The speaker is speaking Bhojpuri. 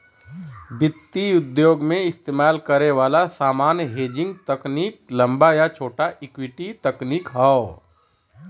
वित्तीय उद्योग में इस्तेमाल करे वाला सामान्य हेजिंग तकनीक लंबा या छोटा इक्विटी तकनीक हौ